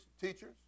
teachers